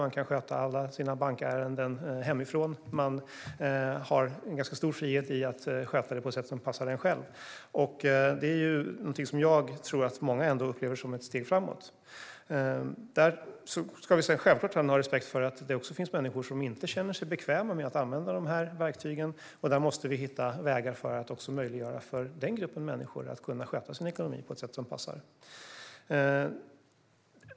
Man kan sköta alla bankärenden hemifrån och har ganska stor frihet i att sköta dem på ett sätt som passar en själv. Det är någonting som jag tror att många upplever som ett steg framåt. Vi ska självklart ha respekt för att det också finns människor som inte känner sig bekväma med att använda de här verktygen. Vi måste hitta vägar för att möjliggöra också för den gruppen människor att sköta sin ekonomi på ett sätt som passar dem.